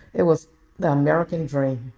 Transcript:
it was the american dream.